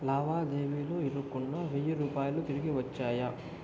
లావాదేవీలో ఇరుక్కున్న వెయ్యి రూపాయలు తిరిగి వచ్చాయా